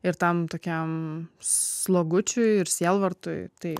ir tam tokiam slogučiui ir sielvartui tai